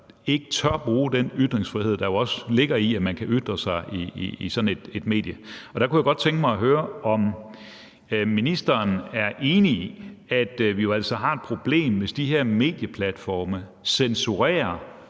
ikke tør bruge den ytringsfrihed, der også ligger i, at man kan ytre sig på sådan et medie. Jeg kunne godt tænke mig høre, om ministeren er enig i, at vi jo altså har et problem, hvis de her medieplatforme på urimelig